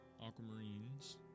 aquamarines